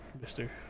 mister